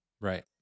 right